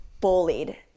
bullied